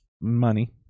Money